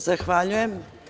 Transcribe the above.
Zahvaljujem.